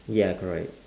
ya correct